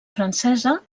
francesa